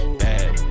bad